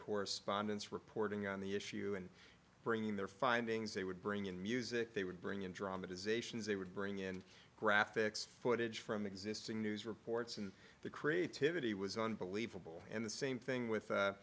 correspondents reporting on the issue and bringing their findings they would bring in music they would bring in drama does ations they would bring in graphics footage from existing news reports and the creativity was unbelievable and the same thing with